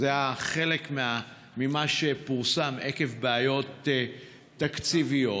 זה חלק ממה שפורסם, עקב בעיות תקציביות.